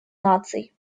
наций